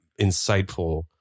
insightful